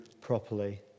properly